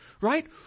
right